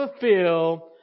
fulfill